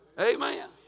amen